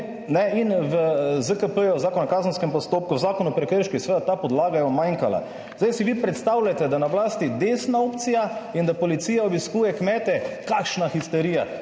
In v ZKP, Zakon o kazenskem postopku, Zakon o prekrških, seveda, ta podlaga je umanjkala. Zdaj si vi predstavljate, da je na oblasti desna opcija in da policija obiskuje kmete, kakšna histerija